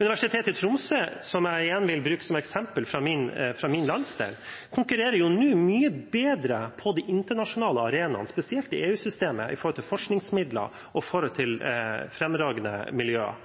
Universitetet i Tromsø – som jeg igjen vil bruke som eksempel fra min landsdel – konkurrerer nå mye bedre på de internasjonale arenaene, spesielt i EU-systemet, når det gjelder forskningsmidler og fremragende miljøer.